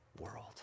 world